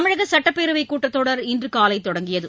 தமிழக சட்டப்பேரவைக் கூட்டத்தொடர் இன்று காலை தொடங்கியது